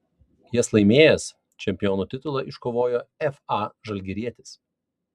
jas laimėjęs čempionų titulą iškovojo fa žalgirietis